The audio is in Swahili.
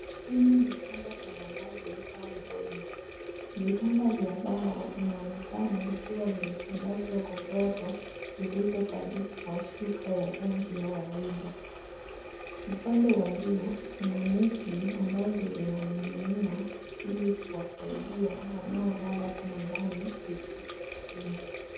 Hili ni chumba cha malazi au bweni. Vitanda vya mbao vinaonekana vikiwa vimetandazwa godoro zilizotandikwa shuka ya rangi ya waridi. Upande wa juu, kuna neti ambazo zinaning'inia ili kuwasaidia wanaolala humo ndani kuzuia mbu.